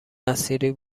نصیری